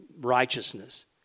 righteousness